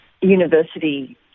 university